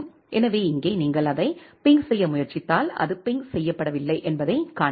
எனவே இங்கே நீங்கள் அதை பிங் செய்ய முயற்சித்தால் அது பிங் செய்யப்படவில்லை என்பதைக் காணலாம்